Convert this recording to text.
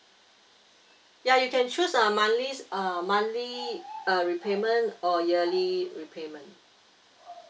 ya you can choose uh monthly uh monthly uh repayment or yearly repayment